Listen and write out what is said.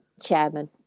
chairman